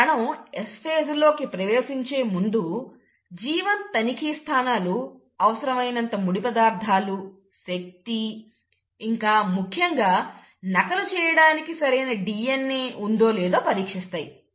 ఒక కణం S phase లోకి ప్రవేశించేముందు G1 తనిఖీ స్థానాలు అవసరమైనంత ముడి పదార్థాలు శక్తి ఇంకా ముఖ్యంగా నకలు చేయడానికి సరైన DNA ఉందో లేదో పరీక్షిస్తాయి